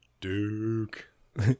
Duke